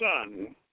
son